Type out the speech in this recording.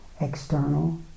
external